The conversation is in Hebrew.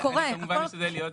אני חושבת שצרם לכולם